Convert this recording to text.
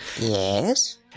Yes